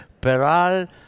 Peral